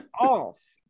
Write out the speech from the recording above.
off